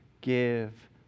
give